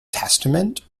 testament